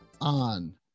on